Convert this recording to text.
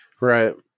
Right